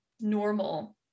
normal